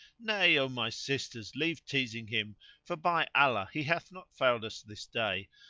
nay, o my sisters, leave teasing him for by allah he hath not failed us this day,